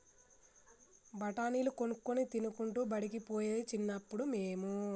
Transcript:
బఠాణీలు కొనుక్కొని తినుకుంటా బడికి పోయేది చిన్నప్పుడు మేము